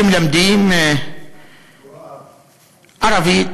שמלמדים ערבית,